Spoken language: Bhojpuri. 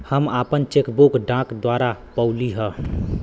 हम आपन चेक बुक डाक द्वारा पउली है